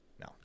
No